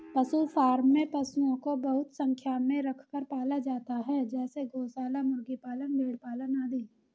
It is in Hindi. पशु फॉर्म में पशुओं को बहुत संख्या में रखकर पाला जाता है जैसे गौशाला, मुर्गी पालन, भेड़ पालन आदि